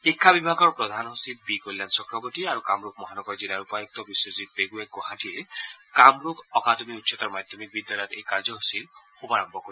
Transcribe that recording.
শিক্ষা বিভাগৰ প্ৰধান সচিব বি কল্যাণ চক্ৰৱৰ্তী আৰু কামৰূপ মহানগৰ জিলাৰ উপায়ুক্ত বিশ্বজিৎ পেগুৱে গুৱাহাটীৰ কামৰূপ অকাডেমী উচ্চতৰ মাধ্যমিক স্থুলত এই কাৰ্যসূচীৰ শুভাৰম্ভ কৰে